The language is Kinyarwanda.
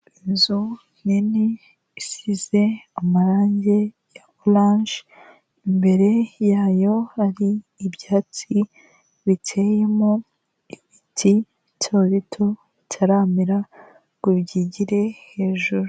Inzu nini isize amarangi ya oranje, imbere yayo hari ibyatsi biteyemo ibiti bito bito bitaramera ngo byigire hejuru.